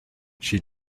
she